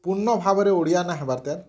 ପୁନଃ ଭାବରେ ଓଡ଼ିଆ ନା ହେବାର୍ ତା'ର